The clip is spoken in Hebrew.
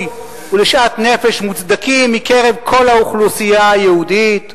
ולשאט נפש מוצדקים מקרב כל האוכלוסייה היהודית,